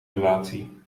relatie